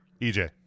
EJ